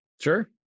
Sure